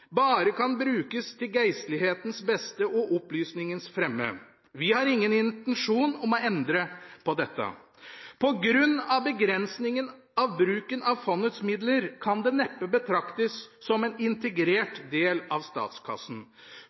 bare kan brukes «til Geistlighedens Bedste og Oplysningens Fremme». Vi har ingen intensjon om å endre på dette. På grunn av begrensningen av bruken av fondets midler, kan det neppe betraktes som en integrert del av statskassen.